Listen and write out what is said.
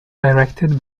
directed